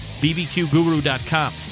bbqguru.com